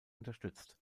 unterstützt